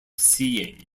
seeing